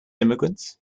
immigrants